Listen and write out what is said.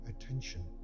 attention